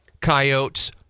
coyotes